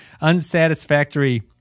unsatisfactory